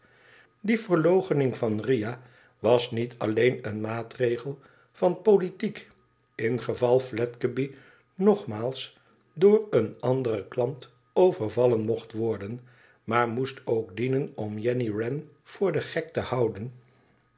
die verloochenihg van riah was niet alleen een maatregel van politiek ingeval fledgeby nogmaals door een anderen klant overvallen mocht worden maar moest ook dienen om jenny wren voor den gek te houden